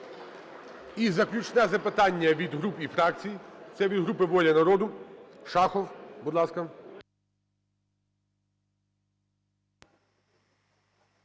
І заключне запитання від груп і фракцій. Це від групи "Воля народу" Шахов. Будь ласка.